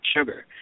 sugar